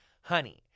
Honey